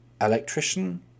electrician